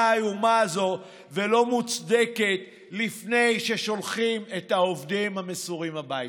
האיומה והלא-מוצדקת הזו לפני ששולחים את העובדים המסורים הביתה.